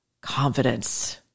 confidence